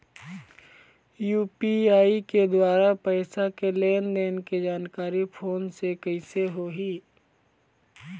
UPI के द्वारा पैसा के लेन देन के जानकारी फोन से कइसे होही?